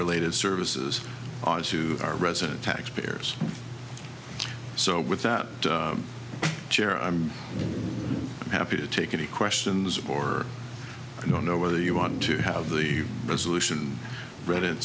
related services onto our resident tax payers so with that chair i'm happy to take any questions or i don't know whether you want to have the resolution read it